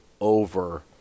over